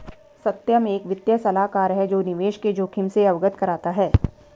सत्यम एक वित्तीय सलाहकार है जो निवेश के जोखिम से अवगत कराता है